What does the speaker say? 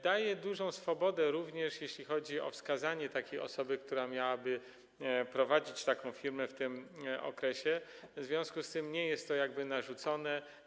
Daje ona dużą swobodę również, jeśli chodzi o wskazanie takiej osoby, która miałaby prowadzić taką firmę w tym okresie, w związku z tym nie jest to narzucone.